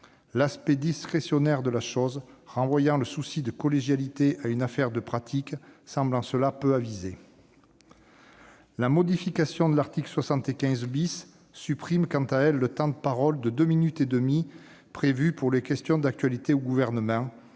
L'aspect discrétionnaire de la chose, renvoyant le souci de collégialité à une affaire de pratiques, semble, en cela, peu avisé. La modification de l'article 75 vise, quant à elle, à supprimer le temps de parole de « deux minutes et demie » prévu pour les questions d'actualité au Gouvernement,